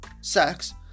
sex